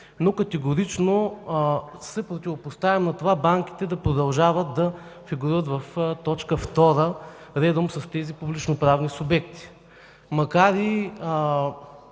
но категорично се противопоставям на това банките да продължават да фигурират в т. 2 редом с тези публично-правни субекти. Макар и